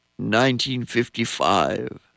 1955